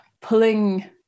pulling